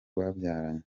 babyaranye